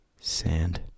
Sand